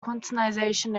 quantization